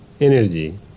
energy